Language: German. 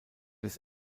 des